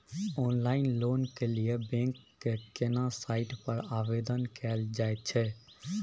Online loan के लिए bank के केना साइट पर आवेदन कैल जाए छै?